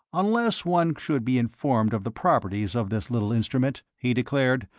unless one should be informed of the properties of this little instrument, he declared,